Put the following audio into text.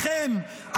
עליכם,